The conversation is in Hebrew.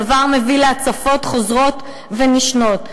הדבר מביא להצפות חוזרות ונשנות.